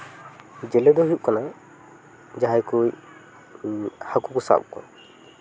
ᱡᱮᱞᱮ ᱫᱚ ᱦᱩᱭᱩᱜ ᱠᱟᱱᱟ ᱡᱟᱦᱟᱸᱭ ᱠᱚ ᱦᱟᱹᱠᱩ ᱠᱚ ᱥᱟᱵ ᱠᱚ